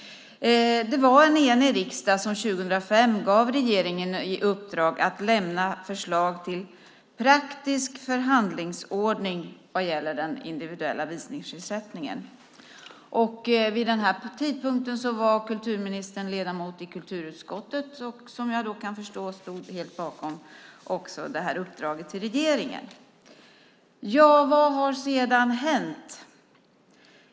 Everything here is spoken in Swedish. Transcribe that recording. Det var en enig riksdag som 2005 gav regeringen i uppdrag att lämna förslag till praktisk förhandlingsordning vad gäller den individuella visningsersättningen. Vid den här tidpunkten var kulturministern ledamot i kulturutskottet, och som jag kan förstå det stod hon helt bakom också det här uppdraget till regeringen. Vad har sedan hänt?